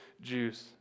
Jews